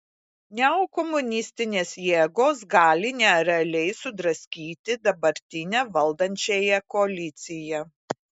neokomunistinės jėgos gali nerealiai sudraskyti dabartinę valdančiąją koaliciją